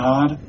God